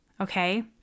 Okay